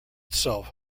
itself